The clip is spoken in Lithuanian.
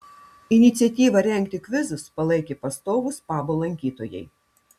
iniciatyvą rengti kvizus palaikė pastovūs pabo lankytojai